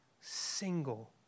single